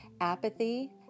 apathy